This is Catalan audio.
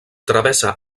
travessa